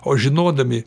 o žinodami